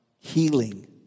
healing